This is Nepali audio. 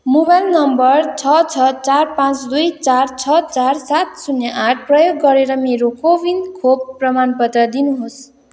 मोबाइल नम्बर छः छः चार पाँच दुई चार छः चार सात शून्य आठ प्रयोग गरेर मेरो कोविन खोप प्रमाणपत्र दिनुहोस्